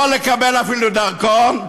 יכול לקבל אפילו דרכון?